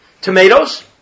Tomatoes